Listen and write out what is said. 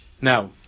now